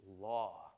law